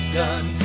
done